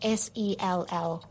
sell